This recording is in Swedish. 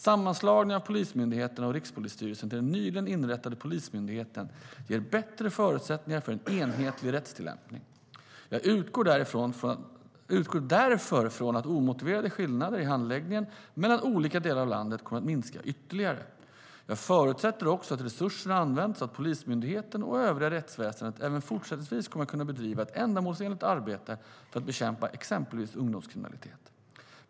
Sammanslagningen av polismyndigheterna och Rikspolisstyrelsen till den nyligen inrättade Polismyndigheten ger bättre förutsättningar för en enhetlig rättstillämpning. Jag utgår därför från att omotiverade skillnader i handläggningen mellan olika delar av landet kommer att minska ytterligare. Jag förutsätter också att resurserna används så att Polismyndigheten och övriga rättsväsendet även fortsättningsvis kommer att kunna bedriva ett ändamålsenligt arbete för att bekämpa exempelvis ungdomskriminalitet.